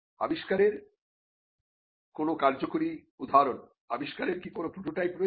আবিষ্কারের কোন কার্যকরী উদাহরণ আবিষ্কারের কি কোন প্রোটোটাইপ রয়েছে